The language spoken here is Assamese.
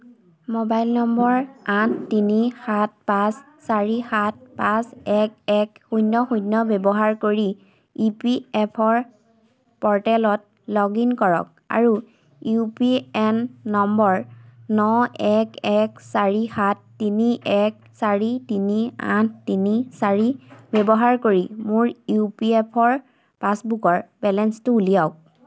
মোবাইল নম্বৰ আঠ তিনি সাত পাঁচ চাৰি সাত পাঁচ এক এক শূন্য শূন্য ব্যৱহাৰ কৰি ই পি এফ অ' ৰ প'ৰ্টেলত লগ ইন কৰক আৰু ইউ পি এন নম্বৰ ন এক এক চাৰি সাত তিনি এক চাৰি তিনি আঠ তিনি চাৰি ব্যৱহাৰ কৰি মোৰ ইউ পি এফ অ' ৰ পাছবুকৰ বেলেঞ্চটো উলিয়াওক